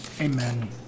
Amen